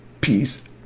peace